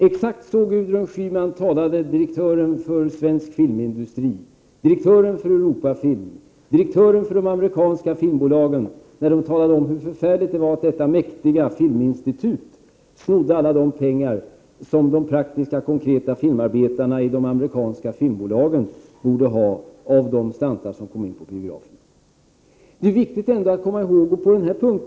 Exakt så, Gudrun Schyman, talade direktören för Svensk Filmindustri, direktören för Europafilm och direktörer för de amerikanska filmbolagen, när de talade om hur förfärligt det var att detta mäktiga Filminstitut snodde alla de pengar som de som arbetade praktiskt och konkret i de amerikanska filmbolagen borde ha av de slantar som kom in på biograferna. Detta är ändå viktigt att komma ihåg.